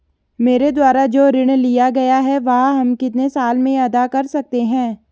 मेरे द्वारा जो ऋण लिया गया है वह हम कितने साल में अदा कर सकते हैं?